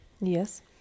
Yes